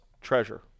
treasure